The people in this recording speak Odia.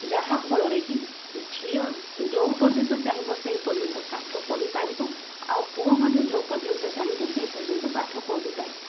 ଯାହାଫଳରେ କି ଝିଅ ଯେଉଁ ପର୍ଯ୍ୟନ୍ତ ଚାହିଁବ ସେହି ପର୍ଯ୍ୟନ୍ତ ପାଠ ପଢ଼ିପାରିବ ଆଉ ପୁଅ ମଧ୍ୟ ଯେଉଁ ପର୍ଯ୍ୟନ୍ତ ଚାହିଁବ ସେହି ପର୍ଯ୍ୟନ୍ତ ପାଠ ପଢ଼ିପାରିବ